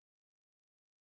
what to do